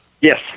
Yes